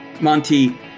Monty